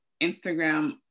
Instagram